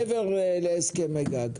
מעבר להסכמי הגג?